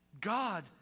God